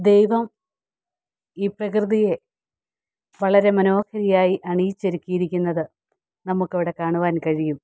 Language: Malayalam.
ദൈവം ഈ പ്രകൃതിയെ വളരെ മനോഹരിയായി അണിയിച്ചൊരുക്കിയിരിക്കുന്നത് നമുക്കവിടെ കാണുവാൻ കഴിയും